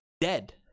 Dead